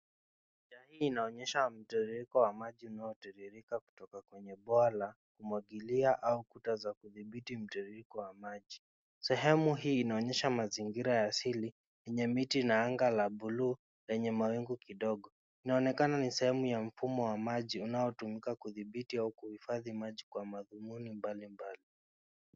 Picha hii inaonyesha mtiririko wa maji unaotirirka kutoka kwenye bwawa la kumwagilia au kuta za kudhibiti mtiririko wa maji. Sehemu hii inaonyesha mazingira ya asili yenye miti na anga la buluu lenye mawingu kidogo. Inaonekana ni sehemu ya mfumo wa maji unaotumika kudhibiti au kuhifadhi maji kwa madhumuni mbali mbali.